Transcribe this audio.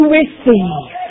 receive